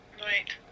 Right